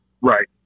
Right